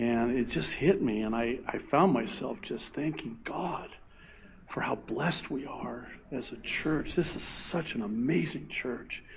and it just hit me. and i i found myself just thanking, god for how blessed we are as a church. this is such an amazing church,